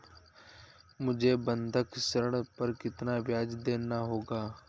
मुझे बंधक ऋण पर कितना ब्याज़ देना होगा?